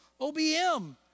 OBM